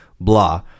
blah